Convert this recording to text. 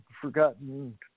forgotten